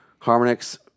Harmonix